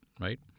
right